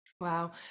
Wow